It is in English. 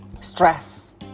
stress